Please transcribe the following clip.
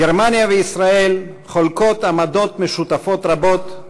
גרמניה וישראל חולקות עמדות משותפות רבות,